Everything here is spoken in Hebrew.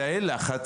נכון, בתאי לחץ